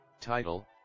Title